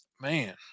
Man